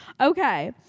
Okay